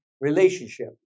relationship